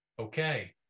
Okay